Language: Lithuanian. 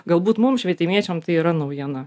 galbūt mums švietimiečiam tai yra naujiena